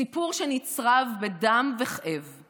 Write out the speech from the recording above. סיפור שנצרב בדם וכאב;